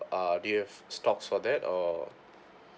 uh do you have stocks for that or